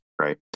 Right